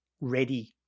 ready